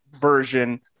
version